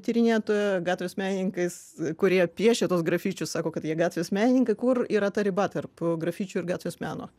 tyrinėtoja gatvės menininkais kurie piešia tuos grafičius sako kad jie gatvės menininkai kur yra ta riba tarp grafičių ir gatvės meno